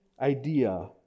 idea